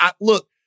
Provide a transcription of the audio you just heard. Look